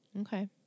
okay